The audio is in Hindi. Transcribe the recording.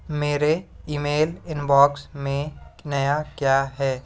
मेरे ई मेल इनबॉक्स में नया क्या है